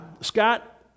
Scott